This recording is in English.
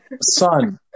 Son